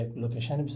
location